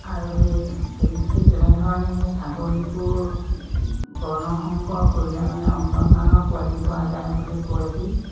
আৰু সেই তে থিক তেনেধৰণে সেই ছাগলীকো বৰ্ণসংকৰ কৰিলে মানে উন্নত মানৰ পোৱালি পোৱা যায় বুলি কয়হি